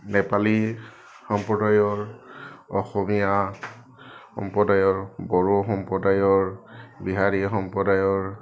নেপালী সম্প্ৰদায়ৰ অসমীয়া সম্প্ৰদায়ৰ বড়ো সম্প্ৰদায়ৰ বিহাৰী সম্প্ৰদায়ৰ